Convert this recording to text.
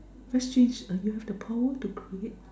that's strange are you have the power to create